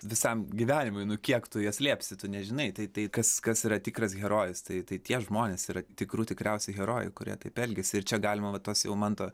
visam gyvenimuinu kiek tu juos slėpsi tu nežinai tai kas kas yra tikras herojus tai tie žmonės yra tikrų tikriausi herojai kurie taip elgiasi ir čia galima tuos jau manto